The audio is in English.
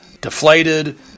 deflated